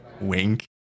Wink